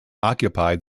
occupied